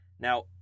Now